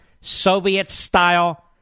Soviet-style